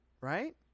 right